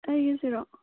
ꯑꯩꯒꯤꯁꯤꯔꯣ